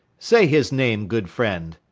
say his name, good friend.